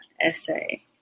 essay